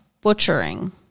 butchering